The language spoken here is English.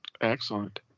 Excellent